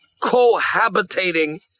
cohabitating